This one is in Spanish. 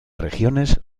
regiones